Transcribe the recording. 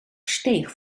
steeg